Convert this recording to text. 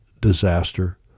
disaster